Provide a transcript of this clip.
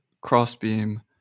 CrossBeam